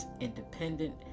independent